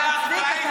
את נגד הערבים?